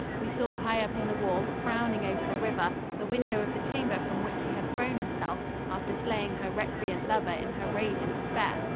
we saw high up in the wall, frowning over the river, the window of the chamber from which she had thrown herself after slaying her recreant lover in her rage and despair.